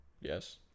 Yes